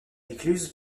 écluse